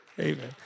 Amen